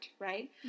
right